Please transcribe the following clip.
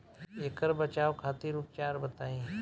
ऐकर बचाव खातिर उपचार बताई?